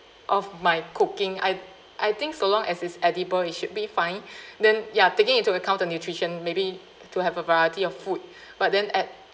of my cooking I I think so long as it's edible it should be fine then ya taking into account the nutrition maybe to have a variety of food but then at